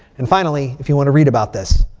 and finally, if you want to read about this,